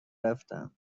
رفتم